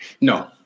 No